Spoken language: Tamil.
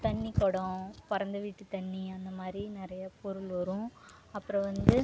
தண்ணிக்குடம் பிறந்த வீட்டு தண்ணி அந்த மாதிரி நிறையா பொருள் வரும் அப்புறம் வந்து